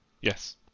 Yes